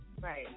Right